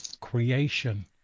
creation